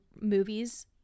movies